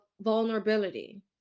vulnerability